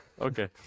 Okay